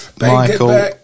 Michael